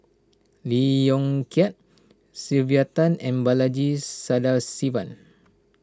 Lee Yong Kiat Sylvia Tan and Balaji Sadasivan